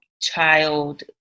child